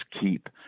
keep